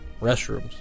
restrooms